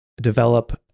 develop